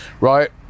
right